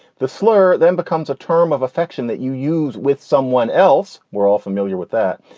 the slur then becomes a term of affection that you use with someone else. we're all familiar with that.